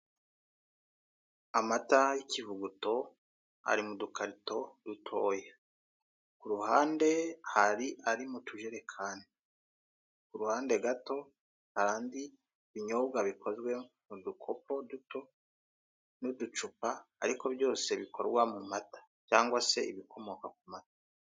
Amata y'ikivuguto, ari mu dukarito dutoya. Ku ruhande hari ari mu tujerekani. Ku ruhande gato, hari andi binyobwa bikozwe mu dukopo duto, n'uducupa, ariko byose bikorwa mu mata. Cyangwa se ibikomoka ku mata.